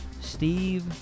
steve